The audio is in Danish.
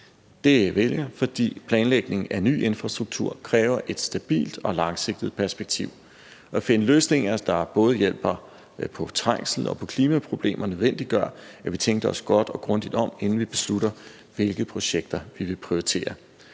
Det vil jeg, fordi planlægning af ny infrastruktur kræver et stabilt og langsigtet perspektiv. At finde løsninger, der både hjælper på trængslen og på klimaproblemerne, nødvendiggør, at vi tænker os godt og grundigt om, inden vi beslutter, hvilke projekter vi vil prioritere.